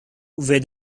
where